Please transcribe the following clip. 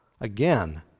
Again